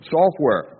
software